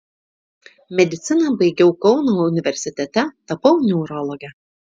mediciną baigiau kauno universitete tapau neurologe